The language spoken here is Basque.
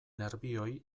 nerbioi